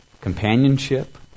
companionship